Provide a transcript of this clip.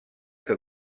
que